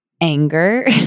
anger